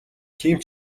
тийм